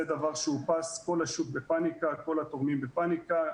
זה דבר שאופס, כל השוק בפניקה, כל התורמים בפניקה.